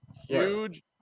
Huge